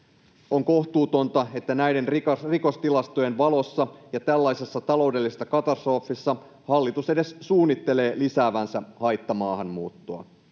On kohtuutonta, että näiden rikostilastojen valossa ja tällaisessa taloudellisessa katastrofissa hallitus edes suunnittelee lisäävänsä haittamaahanmuuttoa.